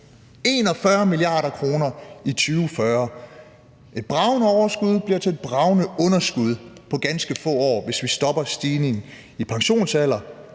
41 mia. kr. i 2040. Et bragende overskud bliver til et bragende underskud på ganske få år, hvis vi stopper stigningen i pensionsalderen,